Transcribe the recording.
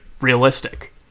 realistic